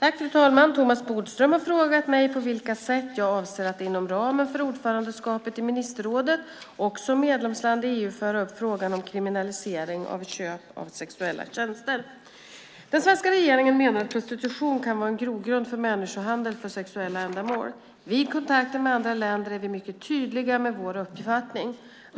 Fru talman! Thomas Bodström har frågat mig på vilka sätt jag avser att inom ramen för ordförandeskapet i ministerrådet och som medlemsland i EU föra upp frågan om kriminalisering av köp av sexuella tjänster. Den svenska regeringen menar att prostitution kan vara en grogrund för människohandel för sexuella ändamål. Vid kontakter med andra länder är vi mycket tydliga med vår uppfattning.